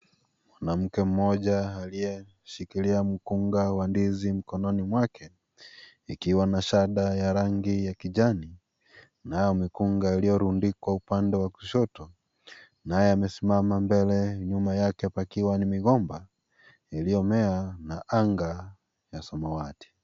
Mwanamke moja aliyeshikilia mkunga wa ndizi mkononi mwake ikiwa na shada ya rangi ya kijani nao mikunga iliyorundikwa upande wa kushoto naye amesimama mbele nyuma yake pakiwa ni migomba iliyomea na anga ya samawati